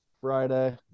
Friday